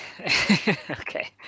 Okay